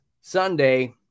Sunday